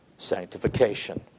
Sanctification